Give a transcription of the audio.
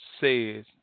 says